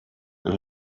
had